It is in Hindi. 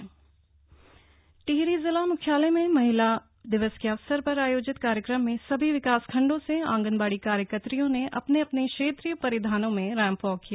महिला दिवस टिहरी हरिदवार टिहरी जिला जिला मुख्यालय में महिला दिवस के अवसर पर आयोजित कार्यक्रम में सभी विकासखंडों से आंगनबाड़ी कार्यकत्रियों ने अपने अपने क्षेत्रीय परिधानों में रैंप वॉक किया